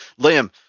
Liam